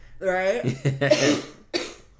Right